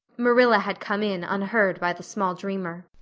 marilla had come in unheard by the small dreamer.